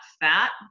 fat